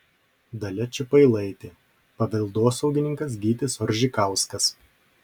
dalia čiupailaitė paveldosaugininkas gytis oržikauskas